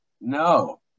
No